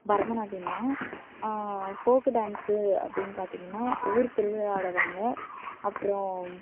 பரதநாட்டியந்தான் folk dance அப்படின்னு பார்த்தீங்கன்னா ஊர் திருவிழாவிலடுவாங்க அப்றம்